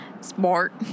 Sport